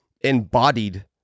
embodied